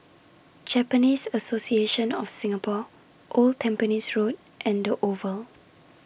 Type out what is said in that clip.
Japanese Association of Singapore Old Tampines Road and The Oval